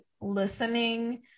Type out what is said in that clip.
listening